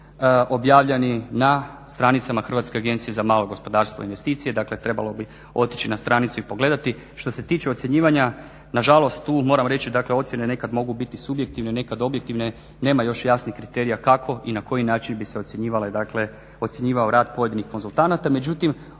objavljeni na stranicama HAMAG INVEST-a dakle trebalo bi otići na stranicu i pogledati. Što se tiče ocjenjivanja, nažalost tu moram reći ocjene nekad mogu biti subjektivne, nekad objektivne, nema još jasni kriterija kako i na koji način bi se ocjenjivao rad pojedinih konzultanata.